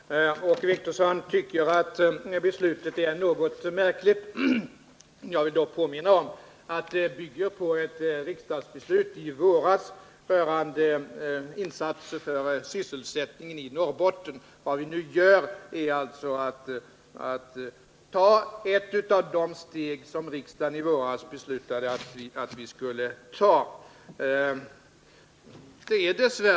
Herr talman! Åke Wictorsson tycker att beslutet är något märkligt. Jag vill dock påminna om att det bygger på ett riksdagsbeslut från i våras rörande insatser för sysselsättningen i Norrbotten. Vad vi nu gör är alltså att ta ett av de steg som riksdagen beslutade att vi skulle ta.